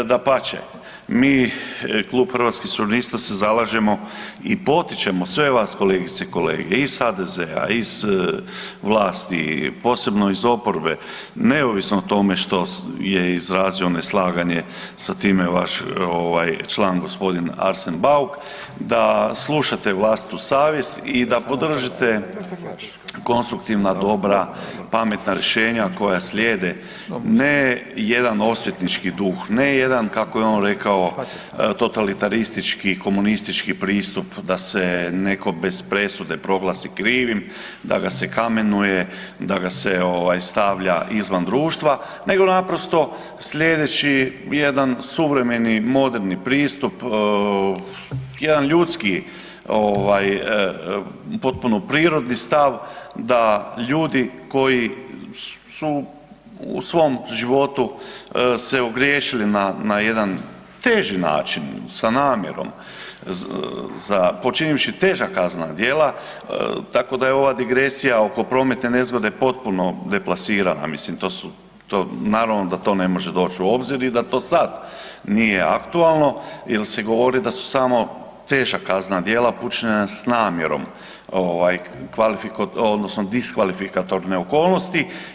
Dapače, mi, Klub Hrvatskih suverenista se zalažemo i potičemo sve vas kolegice i kolege iz HDZ-a, iz vlasti, posebno iz oporbe neovisno o tome što je izrazio neslaganje sa time vaš ovaj član g. Arsen Bauk, da slušate vlastitu savjest i da podržite konstruktivna dobra, pametna rješenja koja slijede, ne jedan osvetnički duh, ne jedan kako je on rekao totalitaristički komunistički pristup da se neko bez presude proglasi krivim, da ga se kamenuje, da ga se ovaj stavlja izvan društva, nego naprosto slijedeći jedan suvremeni moderni pristup, jedan ljudski ovaj potpuno prirodni stav da ljudi koji su u svom životu se ogriješili na, na jedan teži način sa namjerom počinivši teža kaznena djela, tako da je ova digresija oko prometne nezgode potpuno deplasirana, mislim to su, to, naravno da to ne može doć u obzir i da to sad nije aktualno jel se govori da su samo teža kaznena djela upućena s namjerom ovaj kvalifika odnosno diskvalifikatorne okolnosti.